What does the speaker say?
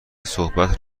صحبت